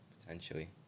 potentially